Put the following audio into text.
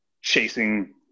chasing